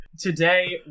Today